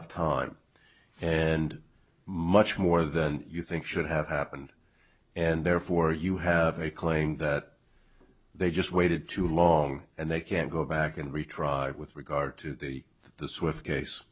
of time and much more than you think should have happened and therefore you have a claim that they just waited too long and they can't go back and retried with regard to the the swift case